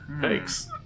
Thanks